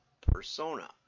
persona